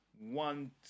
one